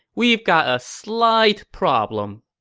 we've got a slight problem